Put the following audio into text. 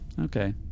Okay